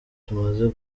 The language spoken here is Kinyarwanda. tumaze